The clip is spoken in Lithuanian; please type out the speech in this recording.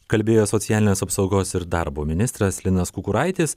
kalbėjo socialinės apsaugos ir darbo ministras linas kukuraitis